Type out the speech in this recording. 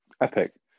epic